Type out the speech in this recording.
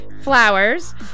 flowers